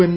N